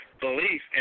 belief